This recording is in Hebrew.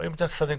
רואים את הסנגור,